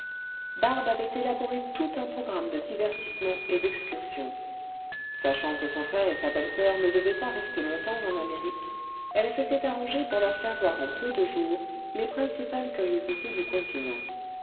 barbe avait élaboré tout un programme de divertissements et d'excursions sachant que son frère et sa belle-soeur ne devaient pas rester longtemps en amérique elle s'était arrangée pour leur faire voir en peu de jours les jirincipales curiosités du continent